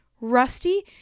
rusty